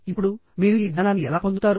ఇప్పుడు మీరు ఈ జ్ఞానాన్ని ఎలా పొందుతారు